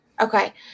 Okay